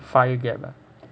five year gap ah